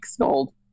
gold